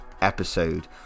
episode